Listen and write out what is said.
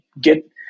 get